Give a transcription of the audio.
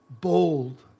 bold